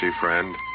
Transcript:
friend